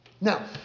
Now